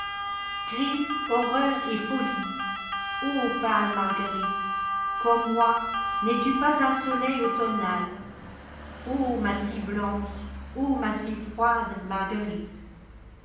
crime horreur et folie pâle marguerite omme moi n'es-tu pas un soleil au tonn ô ma si blanche ô ma si froide marguerite